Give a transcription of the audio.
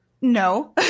No